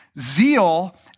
zeal